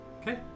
Okay